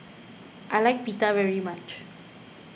I like Pita very much